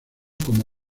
como